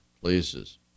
places